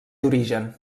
origen